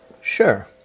Sure